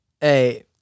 Hey